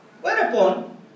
whereupon